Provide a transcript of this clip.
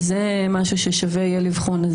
זה משהו ששווה יהיה לבחון.